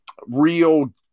real